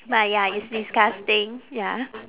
but ya it's disgusting ya